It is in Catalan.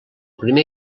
primer